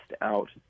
out